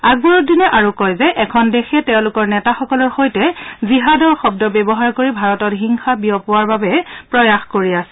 আকবৰউদ্দিনে কয় যে এখন দেশে তেওঁলোকৰ নেতাসকলৰ সৈতে জিহাদৰ শব্দ ব্যৱহাৰ কৰি ভাৰতত হিংসা বিয়পোৱাৰ বাবে প্ৰয়াস কৰি আছে